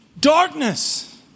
darkness